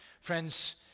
Friends